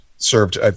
served